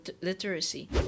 literacy